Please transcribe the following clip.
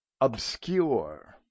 obscure